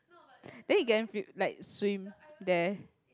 then you can feel like swim there